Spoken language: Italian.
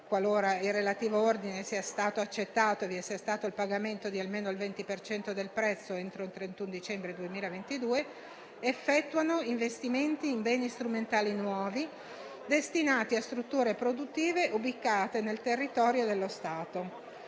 qualora il relativo ordine sia stato accettato e vi sia stato il pagamento di almeno il 20 per cento del prezzo entro il 31 dicembre 2022 - effettuano investimenti in beni strumentali nuovi, destinati a strutture produttive ubicate nel territorio dello Stato.